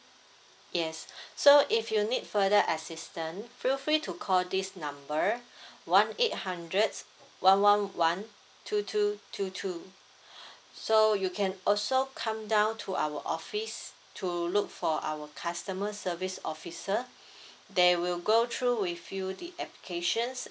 yes so if you need further assistant feel free to call this number one eight hundred one one one two two two two so you can also come down to our office to look for our customer service officer they will go through with you the application